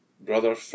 Brother